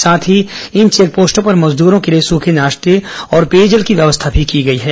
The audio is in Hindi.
साथ ही इन चेकपोस्टों पर मजदूरों के लिए सूखे नाश्ते और पेयजल की व्यवस्था भी की गई है